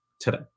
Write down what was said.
today